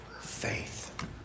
faith